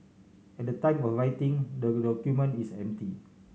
at the time of writing the document is empty